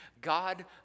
God